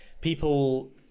people